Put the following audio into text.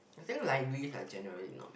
I think libraries are generally not